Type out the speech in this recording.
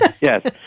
Yes